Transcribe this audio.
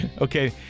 Okay